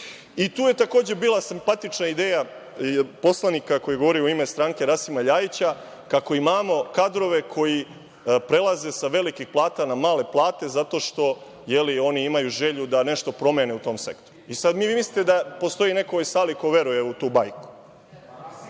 je takođe bila simpatična ideja i od poslanika koji je govorio u ime strane Rasima LJajića kako imamo kadrove koji prelaze sa velikih plata na male plate zato što oni imaju želju da nešto promene u tom sektoru. I sad vi mislite da postoji neko u ovoj sali ko veruje u tu bajku?